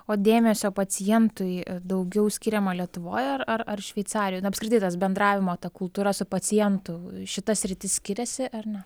o dėmesio pacientui daugiau skiriama lietuvoj ar ar šveicarijoj na apskritai tas bendravimo ta kultūra su pacientu šita sritis skiriasi ar ne